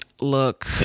look